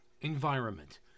environment